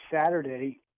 Saturday